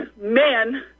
men